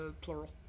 plural